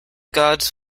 gods